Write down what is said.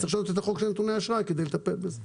אז צריך לשנות את חוק נתוני אשראי כדי לטפל בזה.